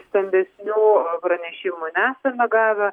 stambesnių pranešimų nesame gavę